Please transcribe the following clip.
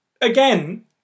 again